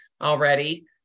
already